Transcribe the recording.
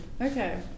Okay